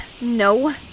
No